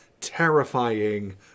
terrifying